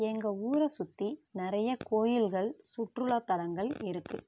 எங்கள் ஊரை சுற்றி நிறைய கோவில்கள் சுற்றுலா தளங்கள் இருக்குது